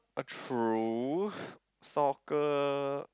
uh true soccer